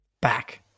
back